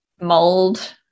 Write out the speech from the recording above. mold